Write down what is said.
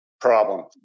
problem